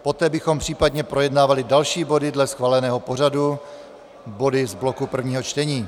Poté bychom případně projednávali další body dle schváleného pořadu, body z bloku prvního čtení.